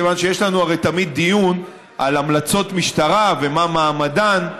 כיוון שיש לנו הרי תמיד דיון על המלצות משטרה ומה מעמדן,